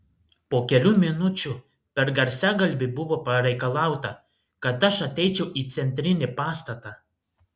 po kelių minučių per garsiakalbį buvo pareikalauta kad aš ateičiau į centrinį pastatą